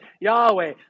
Yahweh